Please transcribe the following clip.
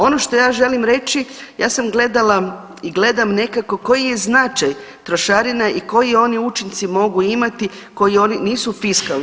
Ono što ja želim reći, ja sam gledala i gledam nekako koji je značaj trošarina i koje oni učinke mogu imati koji oni nisu fiskalni.